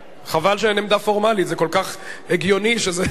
חבל שאין עמדה פורמלית, זה כל כך הגיוני שזה,